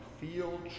feel